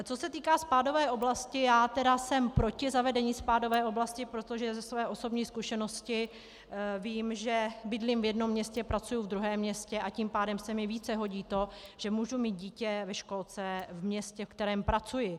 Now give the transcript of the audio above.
Co se týká spádové oblasti, já tedy jsem proti zavedení spádové oblasti, protože ze své osobní zkušenosti vím, že bydlím v jednom městě, pracuji ve druhém městě, a tím pádem se mi více hodí to, že mohu mít dítě ve školce v městě, ve kterém pracuji.